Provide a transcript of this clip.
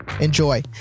enjoy